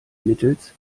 mittels